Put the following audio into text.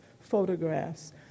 photographs